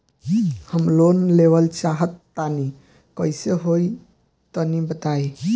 हम लोन लेवल चाहऽ तनि कइसे होई तनि बताई?